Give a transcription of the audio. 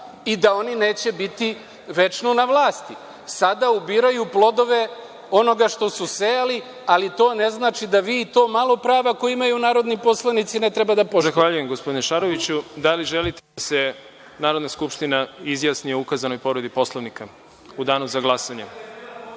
i da oni neće biti večno na vlasti. Sada ubiraju plodove onoga što su sejali, ali to ne znači da vi i to malo prava koja imaju narodni poslanici ne treba da poštujete. **Đorđe Milićević** Zahvaljujem gospodine Šaroviću. Da li želite da se Narodna skupština izjasni o ukazanoj povredi Poslovnika u danu za